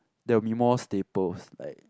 that would be more staples like